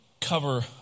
cover